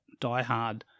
diehard